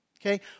Okay